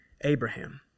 Abraham